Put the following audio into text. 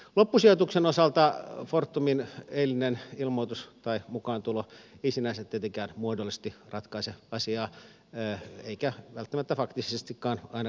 loppusijoituksen osalta fortumin eilinen ilmoitus tai mukaantulo ei sinänsä tietenkään muodollisesti ratkaise asiaa eikä välttämättä faktisestikaan ainakaan vielä